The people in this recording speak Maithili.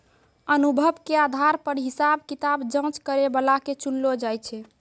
अनुभव के आधार पर हिसाब किताब जांच करै बला के चुनलो जाय छै